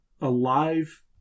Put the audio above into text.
alive